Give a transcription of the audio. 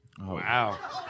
Wow